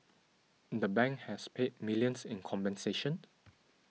the bank has paid millions in compensation